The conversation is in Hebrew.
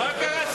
שמחון, מה קרה?